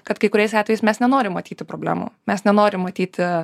kad kai kuriais atvejais mes nenorim matyti problemų mes nenorim matyti